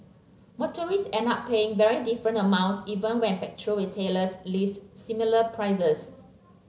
motorists end up paying very different amounts even when petrol retailers list similar prices